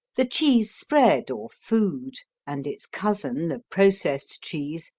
the cheese spread or food and its cousin, the processed cheese,